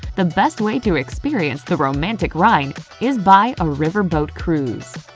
the best way to experience the romantic rhine is by a riverboat cruise.